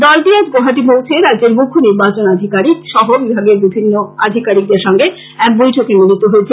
দলটি আজ গৌহাটি পৌছে রাজ্যের মুখ্য নির্বাচনী আধিকারিক সহ বিভাগের অন্যান্য আধিকারিকদের সঙ্গে এক বৈঠকে মিলিত হয়েছেন